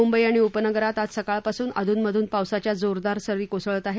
मुंबई आणि उपनगरात आज सकाळपासून अधून मधून पावसाच्या जोरदार सरी कोसळत आहेत